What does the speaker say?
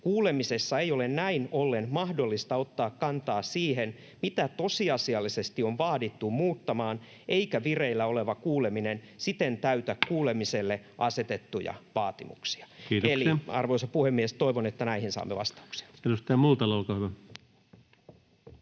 Kuulemisessa ei ole näin ollen mahdollista ottaa kantaa siihen, mitä tosiasiallisesti on vaadittu muuttamaan, eikä vireillä oleva kuuleminen siten täytä kuulemiselle asetettuja vaatimuksia.” [Puhemies: Kiitoksia!] Eli, arvoisa puhemies, toivon, että näihin saamme vastauksia.